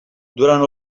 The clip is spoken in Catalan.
durant